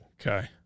Okay